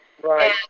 Right